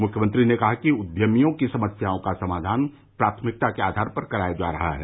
मुख्यमंत्री ने कहा कि उद्यमियों की समस्याओं का समाधान प्राथमिकता के आधार पर कराया जा रहा है